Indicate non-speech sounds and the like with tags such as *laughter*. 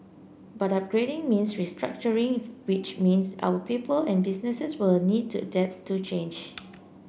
but upgrading means restructuring *unintelligible* which means our people and businesses will need to adapt to change